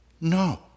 No